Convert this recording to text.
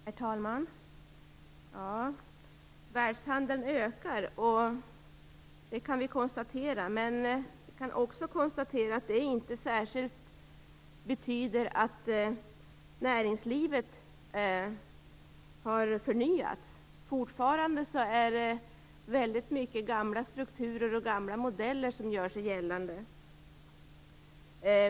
Herr talman! Vi kan konstatera att världshandeln ökar, men vi kan också konstatera att det inte betyder att näringslivet har förnyats. Fortfarande är det väldigt mycket av gamla strukturer och gamla modeller som gör sig gällande.